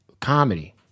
comedy